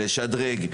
לשדרג,